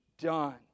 done